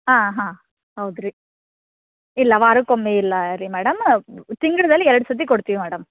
ಹಾಂ ಹಾಂ ಹೌದ್ರಿ ಇಲ್ಲ ವಾರಕ್ಕೊಮ್ಮೆ ಇಲ್ಲ ರೀ ಮೇಡಮ್ ತಿಂಗಳಲ್ಲಿ ಎರಡು ಸರ್ತಿ ಕೊಡ್ತೀವಿ ಮೇಡಮ್